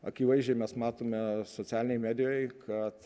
akivaizdžiai mes matome socialinėj medijoj kad